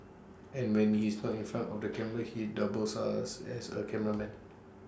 and when he's not in front of the camera he doubles us as A cameraman